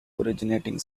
originating